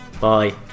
bye